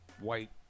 white